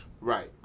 Right